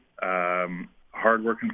hard-working